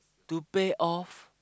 to pay off